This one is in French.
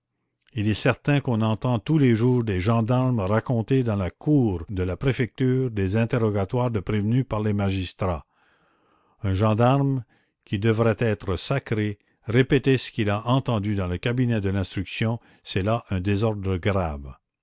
il est certain qu'on entend tous les jours des gendarmes raconter dans la cour de la préfecture des interrogatoires de prévenus par les magistrats un gendarme qui devrait être sacré répéter ce qu'il a entendu dans le cabinet de l'instruction c'est là un désordre grave